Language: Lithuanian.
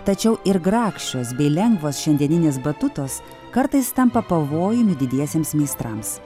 tačiau ir grakščios bei lengvos šiandieninės batutos kartais tampa pavojumi didiesiems meistrams